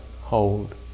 hold